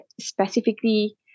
specifically